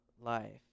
life